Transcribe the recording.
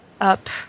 up